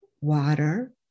water